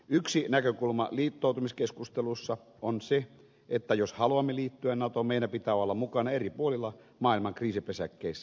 yksi näkökulma liittoutumiskeskustelussa on se että jos haluamme liittyä natoon meidän pitää olla mukana eri puolilla maailman kriisipesäkkeissä